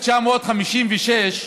1956,